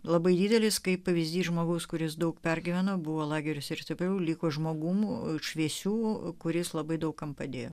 labai didelis kaip pavyzdys žmogaus kuris daug pergyveno buvo lagerius ir tapiau liko žmogumi nuo šviesių kuris labai daug kam padėjo